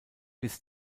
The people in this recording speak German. bis